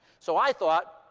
so i thought,